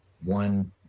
one